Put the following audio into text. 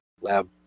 lab